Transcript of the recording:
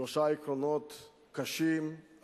שלושה עקרונות קשים,